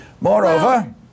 Moreover